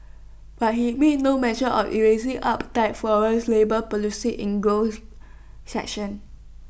but he made no mention of easing up tight foreign labour policies in growth section